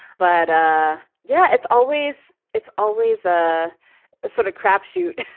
but ah yeah, it's always it's always a sort of crapshoot